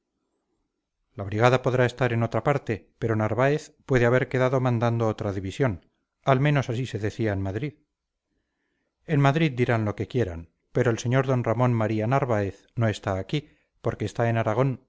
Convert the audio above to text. la brigada podrá estar en otra parte pero narváez puede haber quedado mandando otra división al menos así se decía en madrid en madrid dirán lo que quieran pero el sr d ramón maría narváez no está aquí porque está en aragón